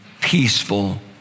peaceful